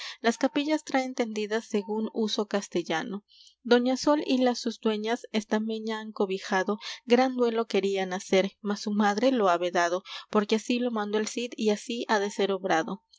las capillas traen tendidas según uso castellano doña sol y las sus dueñas estameña han cobijado gran duelo querían hacer mas su madre lo ha vedado porque así lo mandó el cid y así ha de ser obrado